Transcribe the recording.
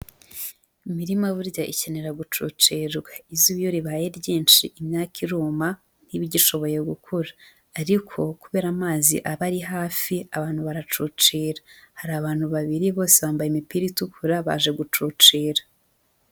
Imirima burya ikenera gucocerwa izuba iyo ribaye ryinshi imyaka iruma ntibe igishoboye gukura, ariko kubera amazi aba ari hafi abantu baracocera, hari abantu babiri bose bambaye imipira itukura baje gucocera.